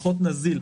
פחות נזיל,